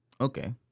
Okay